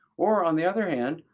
or on the other hand,